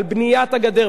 על בניית הגדר,